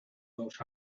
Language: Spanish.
dos